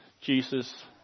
Jesus